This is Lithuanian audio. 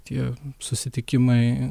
tie susitikimai